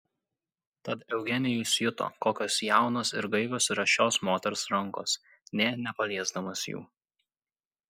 tad eugenijus juto kokios jaunos ir gaivios yra šios moters rankos nė nepaliesdamas jų